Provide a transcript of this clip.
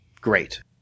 Great